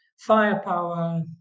Firepower